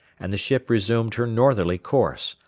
and the ship resumed her northerly course,